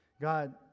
God